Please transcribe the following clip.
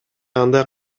андай